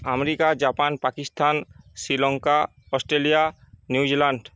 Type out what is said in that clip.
America Japan Pakistan Sri Lanka Australia New Zealand